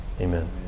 Amen